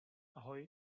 ahoj